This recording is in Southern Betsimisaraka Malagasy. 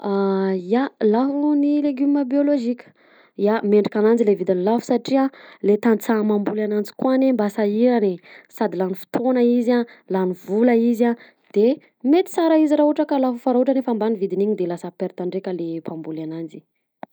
La- lafo ny legume biologique ya mendrika ananjy le vidiny lafo satria le tantsaha mamboly ananjy koa anie mba sahirana e sady lany fotoana izy a lany vola izy a de mety tsara izy raha ohatra ka lafo fa raha ohatra anefa ambany vidin'iny de lasa perte ndreka le mpamboly ananjy.